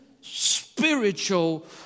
spiritual